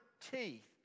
teeth